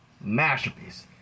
masterpiece